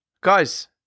Guys